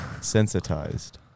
Sensitized